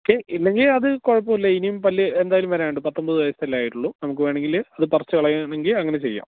okay ഇല്ലെങ്കില് അത് കുഴപ്പമില്ല ഇനിയും പല്ല് എന്തായാലും വരാനുണ്ട് പത്തൊമ്പത് വയസ്സല്ലേ ആയിട്ടുള്ളൂ നമുക്ക് വേണമെങ്കില് അത് പറിച്ചുകളയണമെങ്കില് അങ്ങനെ ചെയ്യാം